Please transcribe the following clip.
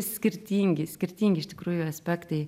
skirtingi skirtingi iš tikrųjų aspektai